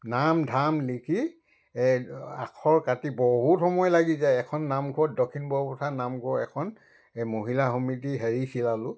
নাম ধাম লিখি আখৰ কাটি বহুত সময় লাগি যায় এখন নামঘৰত দক্ষিণ বৰপথাৰ নামঘৰ এখন এই মহিলা সমিতি হেৰি চিলালোঁ